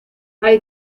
hay